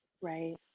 Right